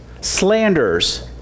slanders